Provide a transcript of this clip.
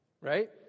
Right